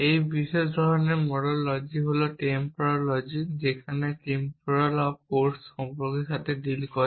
এক বিশেষ ধরনের মোডাল লজিক হল টেম্পোরাল লজিক্স যেখানে টেম্পোরাল অফ কোর্স সময়ের সাথে ডিল করে